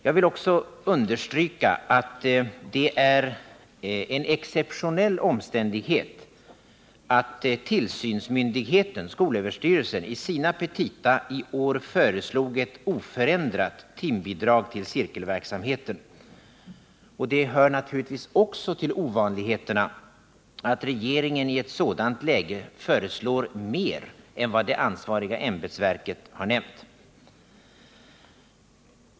Jag vill också understryka att det är en exceptionell omständighet att tillsynsmyndigheten, SÖ, i sina petita föreslagit ett oförändrat timbidrag till cirkelverksamheten. Det hör naturligtvis också till ovanligheterna att regeringen i ett sådant läge föreslår mer än vad det ansvariga ämbetsverket gör.